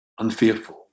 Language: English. unfearful